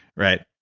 right?